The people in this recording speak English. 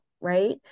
right